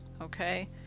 Okay